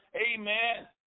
amen